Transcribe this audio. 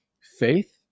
faith